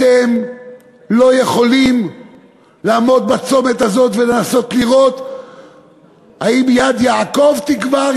אתם לא יכולים לעמוד בצומת הזה ולנסות לראות האם יד יעקב תגבר,